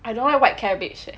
I don't like white cabbage